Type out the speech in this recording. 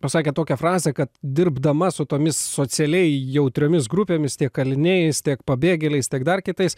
pasakė tokią frazę kad dirbdama su tomis socialiai jautriomis grupėmis tiek kaliniais tiek pabėgėliais tiek dar kitais